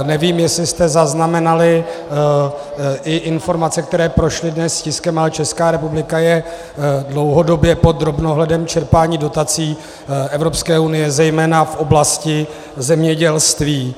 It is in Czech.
Nevím, jestli jste zaznamenali informace, které prošly dnes tiskem, ale Česká republika je dlouhodobě pod drobnohledem čerpání dotací EU zejména v oblasti zemědělství.